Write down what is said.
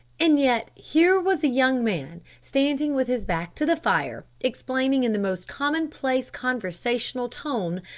and yet here was a young man, standing with his back to the fire, explaining in the most commonplace conversational tone,